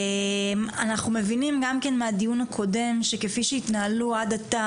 אנחנו מבינים גם כן מהדיון הקודם שכפי שהתנהלו עד עתה,